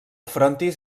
frontis